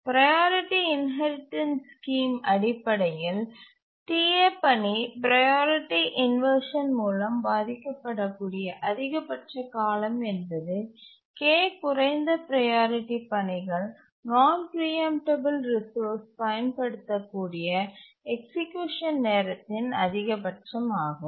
priority inheritance scheme அடிபடையில் Ta பணி priority inversion மூலம் பாதிக்கப்படக்கூடிய அதிகபட்ச காலம் என்பது k குறைந்த ப்ரையாரிட்டி பணிகள் நான் பிரீஎம்டபல் ரிசோர்ஸ் பயன்படுத்தக்கூடிய எக்சிக்யூஷன் நேரத்தின் அதிகபட்சமாகும்